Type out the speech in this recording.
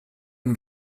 and